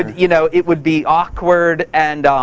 it you know it would be awkward and